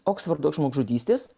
oksfordo žmogžudystės